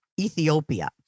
Ethiopia